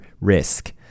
risk